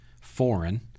foreign